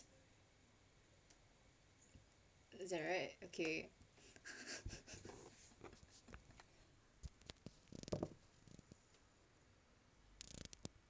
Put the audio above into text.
is that right okay